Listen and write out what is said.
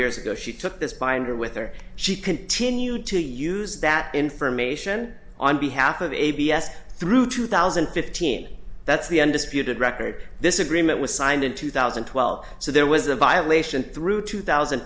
ago she took this binder with her she continued to use that information on behalf of a b s through two thousand and fifteen that's the undisputed record this agreement was signed in two thousand and twelve so there was a violation through two thousand